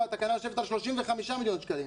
התקנה יושבת על 35 מיליון שקלים.